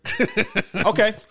Okay